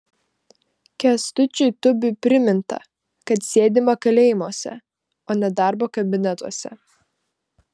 kęstučiui tubiui priminta kad sėdima kalėjimuose o ne darbo kabinetuose